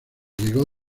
llegó